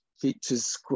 features